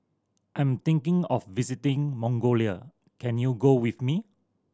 I'm thinking of visiting Mongolia can you go with me